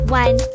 one